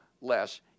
less